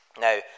Now